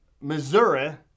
Missouri